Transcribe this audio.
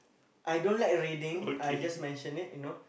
I don't like reading I just mention it you know